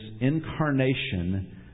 incarnation